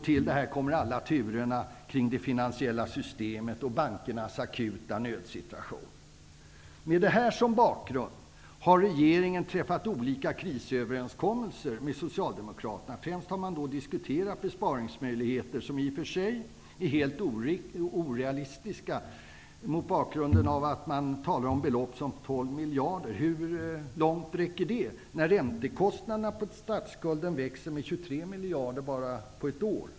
Till detta kommer alla turerna kring det finansiella systemet och bankernas akuta nödsituation. Med det här som bakgrund har regeringen träffat olika krisöverenskommelser med Socialdemokraterna. Man har främst diskuterat besparingsmöjligheter som mot bakgrund av att man talar om belopp som 12 miljarder är helt orealistiska. Hur långt räcker de besparingarna när räntekostnaderna på statsskulden växer med 23 miljarder på bara ett år?